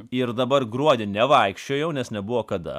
ir dabar gruodį nevaikščiojau nes nebuvo kada